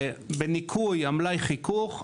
בניכוי מלאי החיכוך,